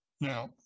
Now